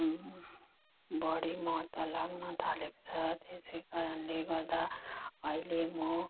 बढी महत्त्व लाग्न थालेको छ त्यसै कारणले गर्दा अहिले म